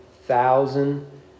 thousand